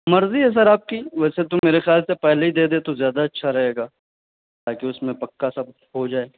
مرضی ہے سر آپ کی ویسے تو میرے خیال سے پہلے ہی دے دیں تو زیادہ اچھا رہے گا تاکہ اس میں پکا سب ہو جائے